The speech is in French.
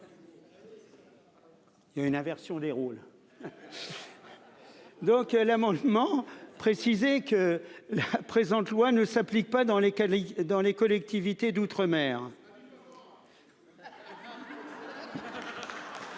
Il y a une aversion des rôles. Donc l'amendement précisé que la présente loi ne s'applique pas dans lesquels dans les collectivités d'outre- mer.